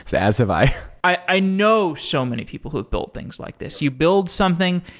as have i i know so many people who have built things like this. you build something.